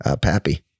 Pappy